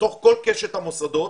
בתוך כל קשת המוסדות